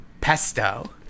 pesto